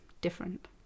different